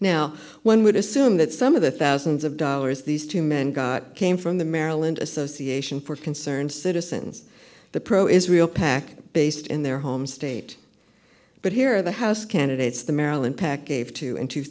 now one would assume that some of the thousands of dollars these two men got came from the maryland association for concerned citizens the pro israel pac based in their home state but here the house candidates the maryland pacquet to in two